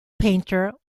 painter